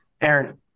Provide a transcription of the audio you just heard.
Aaron